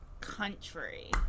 Country